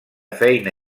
feina